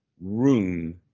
room